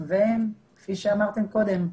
וכפי שאמרתם קודם,